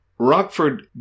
Rockford